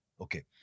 Okay